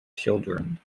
children